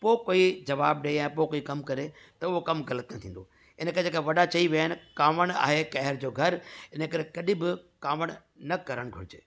पोइ कोई जवाबु ॾिए या पोइ कोई कमु करे त उहो कमु ग़लति न थींदो इन करे जेका वॾा चई विया आहिनि कावड़ आहे कहर जो घरु इन करे कॾहिं बि कावड़ न करणु घुरिजे